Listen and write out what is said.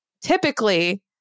Typically